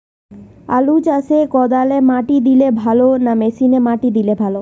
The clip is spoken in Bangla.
আলু চাষে কদালে মাটি দিলে ভালো না মেশিনে মাটি দিলে?